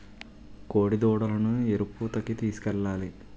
కోడిదూడలను ఎరుపూతకి తీసుకెళ్లాలి